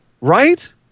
Right